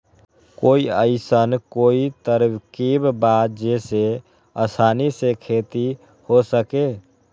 कोई अइसन कोई तरकीब बा जेसे आसानी से खेती हो सके?